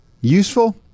Useful